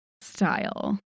style